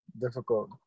Difficult